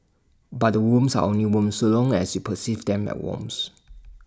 but the worms are only worms so long as you perceive them as worms